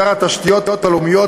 שר התשתיות הלאומיות,